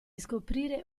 scoprire